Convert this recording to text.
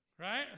right